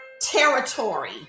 territory